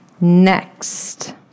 next